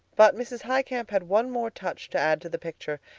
but mrs. highcamp had one more touch to add to the picture.